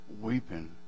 weeping